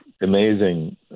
amazing